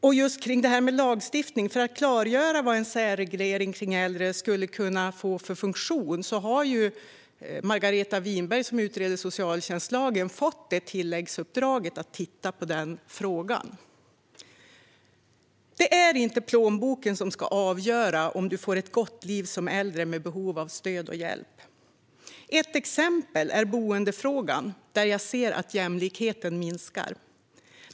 Vad gäller lagstiftningen har Margareta Winberg, som utreder socialtjänstlagen, fått i tilläggsuppdrag att klargöra vad en särreglering för äldre skulle kunna få för funktion. Det är inte plånboken som ska avgöra om man får ett gott liv som äldre med behov av stöd och hjälp. Ett exempel är boendefrågan, där jag ser att jämlikheten minskar.